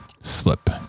Slip